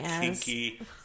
kinky